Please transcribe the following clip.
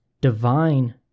divine